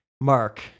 Mark